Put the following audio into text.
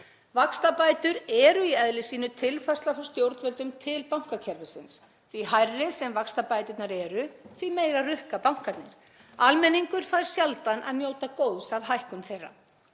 Vaxtabætur eru í eðli sínu tilfærsla frá stjórnvöldum til bankakerfisins. Því hærri sem vaxtabæturnar eru, því meira rukka bankarnir. Almenningur fær sjaldan að njóta góðs af hækkun þeirra.